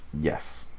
Yes